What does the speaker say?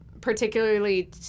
particularly